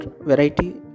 variety